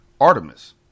Artemis